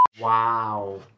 Wow